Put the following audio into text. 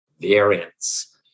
variants